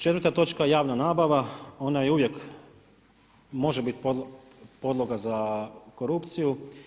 Četvrta točka je javna nabava, ona je uvijek može biti podloga za korupciju.